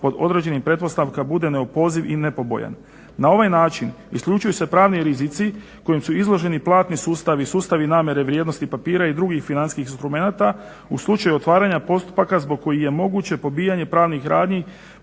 pod određenim pretpostavkama bude neopoziv i neprobojan. Na ovaj način isključuju se pravni rizici kojim su izloženi platni sustavi, sustavi namjere vrijednosnih papira i drugih financijskih instrumenata u slučaju otvaranja postupaka zbog kojih je moguće pobijanje pravnih radnji